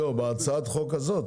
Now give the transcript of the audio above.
לא, זה הולך כך בהצעת החוק הזאת.